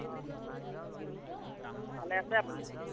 অ' ভালে আছে আপুনি